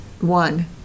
one